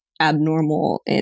abnormal